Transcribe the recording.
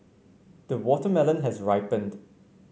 the watermelon has ripened